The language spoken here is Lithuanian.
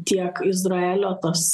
tiek izraelio tas